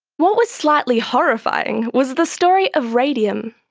what was slightly horrifying was the story of radium,